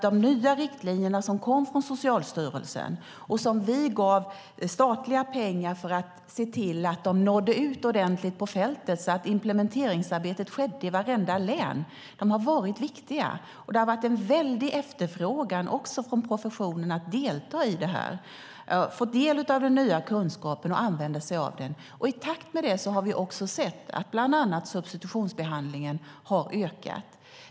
De nya riktlinjer som kom från Socialstyrelsen, och där vi gav statliga pengar för att de skulle nå ut ordentligt på fältet och implementeringsarbetet skulle ske i vartenda län, har varit viktiga. Det har varit en väldig efterfrågan också från professionen på att delta i detta, få del av den nya kunskapen och använda sig av den. I takt med det har vi också sett att bland annat substitutionsbehandlingen har ökat.